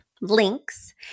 links